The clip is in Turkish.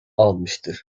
almıştı